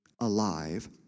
alive